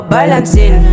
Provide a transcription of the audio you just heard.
Balancing